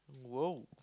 !woah!